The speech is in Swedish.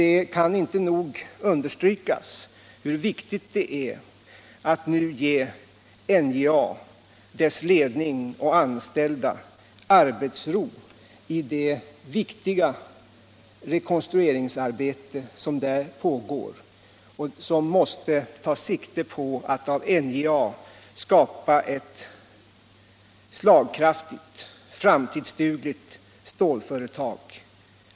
Det kan inte nog understrykas hur viktigt det är att nu ge NJA, dess ledning och anställda, arbetsro i det viktiga rekonstrueringsarbete som där pågår och som måste ta sikte på att av NJA skapa ett slagkraftigt framtidsdugligt stålföretag.